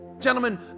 Gentlemen